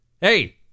Hey